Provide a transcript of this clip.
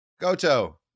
Goto